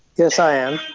yes i am.